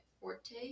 forte